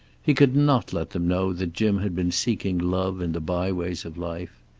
he could not let them know that jim had been seeking love in the byways of life.